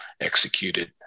executed